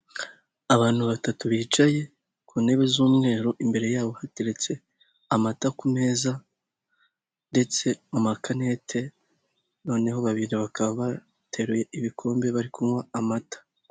Abantu batatu bicaye ku ntebe z'umweru, imbere yabo hateretse amata ku meza ndetse n'amakanete, noneho babiri bakaba bateruye ibikombe, bari kunywa amata.